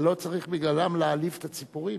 אבל לא צריך בגללם להעליב את הציפורים.